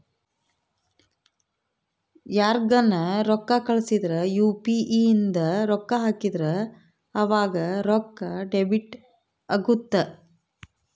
ಯಾರ್ಗನ ರೊಕ್ಕ ಕಳ್ಸಿದ್ರ ಯು.ಪಿ.ಇ ಇಂದ ರೊಕ್ಕ ಹಾಕಿದ್ರ ಆವಾಗ ರೊಕ್ಕ ಡೆಬಿಟ್ ಅಗುತ್ತ